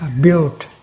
built